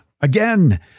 again